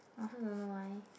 I also don't know why